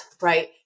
Right